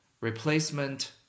replacement